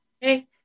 hey